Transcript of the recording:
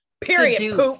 Period